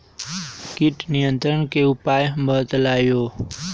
किट नियंत्रण के उपाय बतइयो?